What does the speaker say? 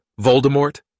Voldemort